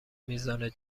میزان